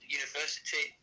university